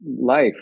life